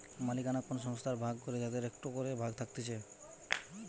মালিকানা কোন সংস্থার ভাগ করে যাদের একটো করে ভাগ থাকতিছে